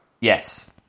yes